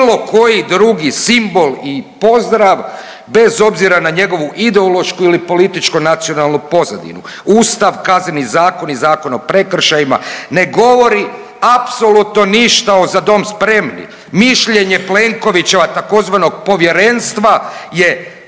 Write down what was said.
bilo koji drugi simbol i pozdrav bez obzira na njegovu ideološku ili političko nacionalnu pozadinu. Ustav, KZ i Zakon o prekršajima ne govori apsolutno ništa o „Za dom spremni!“, mišljenje Plenkovićeva tzv. povjerenstva je